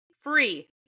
free